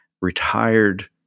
retired